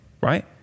right